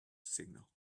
signal